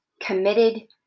committed